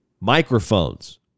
Microphones